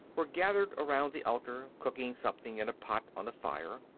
were gathered around the altar, cooking something in a pot on the fire.